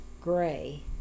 Gray